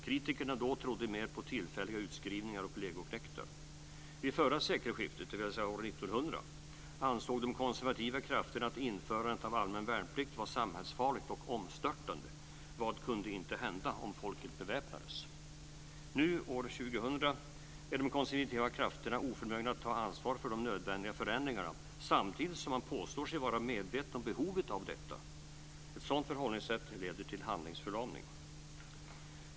Kritikerna trodde mer på tillfälliga utskrivningar och legoknektar. Vid det förra sekelskiftet, dvs. år 1900, ansåg de konservativa krafterna att införandet av allmän värnplikt var samhällsfarligt och omstörtande. Vad kunde inte hända om folket beväpnades? Nu år 2000 är de konservativa krafterna oförmögna att ta ansvar för de nödvändiga förändringarna samtidigt som man påstår sig vara medveten om behovet av detta. Ett sådant förhållningssätt leder till handlingsförlamning.